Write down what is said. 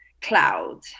cloud